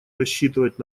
рассчитывать